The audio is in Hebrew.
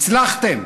הצלחתם,